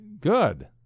Good